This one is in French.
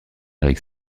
eric